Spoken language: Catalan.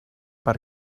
per